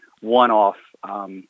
one-off